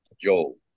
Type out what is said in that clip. Joe